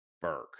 Burke